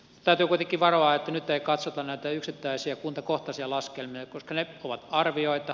täytyy kuitenkin varoa että nyt ei katsota näitä yksittäisiä kuntakohtaisia laskelmia koska ne ovat arvioita